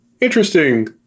interesting